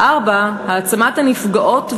4. העצמת הנפגעות והנפגעים,